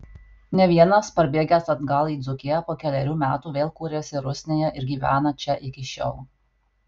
ne vienas parbėgęs atgal į dzūkiją po kelerių metų vėl kūrėsi rusnėje ir gyvena čia iki šiol